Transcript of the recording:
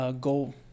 goal